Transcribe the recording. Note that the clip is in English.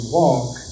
walk